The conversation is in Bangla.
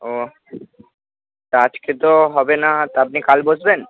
ও তা আজকে তো হবে না তা আপনি কাল বসবেন